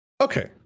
Okay